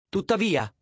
Tuttavia